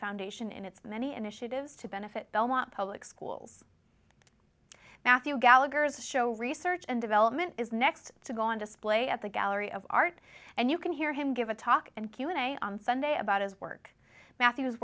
foundation and its many initiatives to benefit belmont public schools matthew gallagher's show research and development is next to go on display at the gallery of art and you can hear him give a talk and q and a on sunday about his work matthew